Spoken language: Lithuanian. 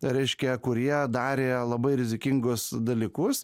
reiškia kurie darė labai rizikingus dalykus